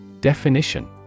Definition